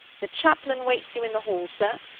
the chaplain waits you in the hall, sir.